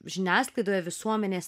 žiniasklaidoje visuomenės